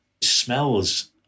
Smells